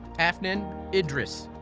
afnan idris,